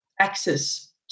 access